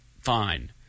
fine